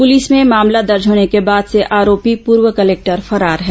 police में मामला दर्ज होने के बाद से आरोपी पूर्व कलेक्टर फरार है